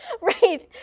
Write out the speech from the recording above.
right